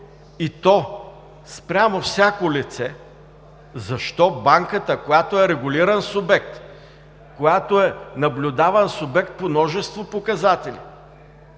и то спрямо всяко лице, защо банката, която е регулиран субект, която е наблюдаван субект по множество показатели,